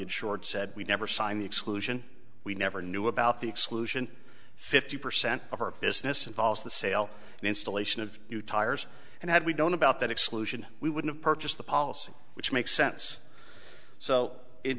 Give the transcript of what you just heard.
short said we never signed the exclusion we never knew about the exclusion fifty percent of our business involves the sale and installation of new tires and had we don't about that exclusion we would have purchased the policy which makes sense so in